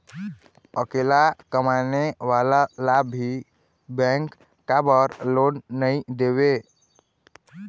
अकेला कमाने वाला ला भी बैंक काबर लोन नहीं देवे?